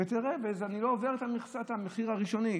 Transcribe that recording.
ותראה, אני לא עובר את מכסת המחיר הראשוני.